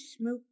smoke